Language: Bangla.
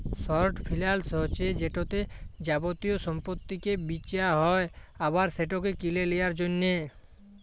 শর্ট ফিলালস হছে যেটতে যাবতীয় সম্পত্তিকে বিঁচা হ্যয় আবার সেটকে কিলে লিঁয়ার জ্যনহে